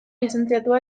lizentziatua